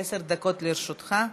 עשר דקות לרשותך.